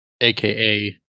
aka